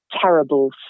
terrible